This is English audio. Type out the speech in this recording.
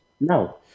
No